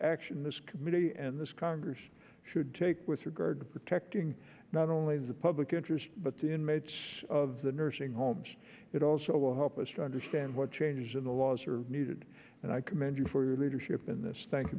action this committee and this congress should take with regard to protecting not only the public interest but the image of the nursing homes it also will help us to understand what changes in the laws are needed and i commend you for your leadership in this th